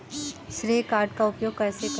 श्रेय कार्ड का उपयोग कैसे करें?